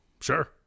Sure